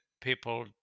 people